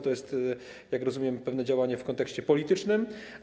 To jest, jak rozumiem, pewne działanie w kontekście politycznym.